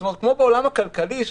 כלומר בעולם הכלכלי,